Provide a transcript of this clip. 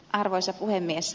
arvoisa puhemies